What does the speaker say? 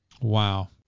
Wow